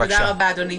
תודה רבה, אדוני.